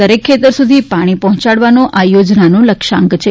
દરેક ખેતર સુધી પાણી પહોંચાડવાનો આ યોજનાનો લક્ષ્યાંક છે